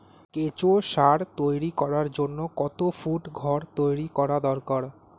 কেঁচো সার তৈরি করার জন্য কত ফুট ঘর তৈরি করা দরকার?